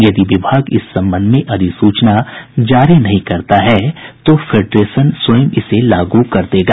यदि विभाग इस संबंध में अधिसूचना जारी नहीं करता है तो फेडरेशन स्वयं इसे लागू कर देगा